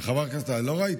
היית בשקט, לא ראיתי.